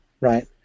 right